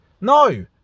No